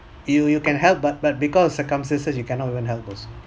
you you can help but but because of circumstances you cannot even help also